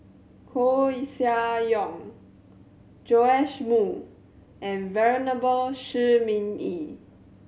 Koeh Sia Yong Joash Moo and Venerable Shi Ming Yi